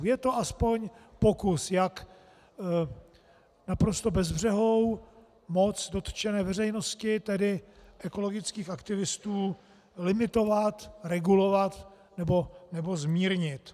Je to aspoň pokus, jak naprosto bezbřehou moc dotčené veřejnosti, tedy ekologických aktivistů, limitovat, regulovat nebo zmírnit.